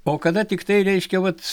o kada tiktai reiškia vat